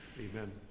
Amen